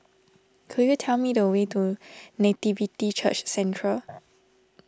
could you tell me the way to Nativity Church Centre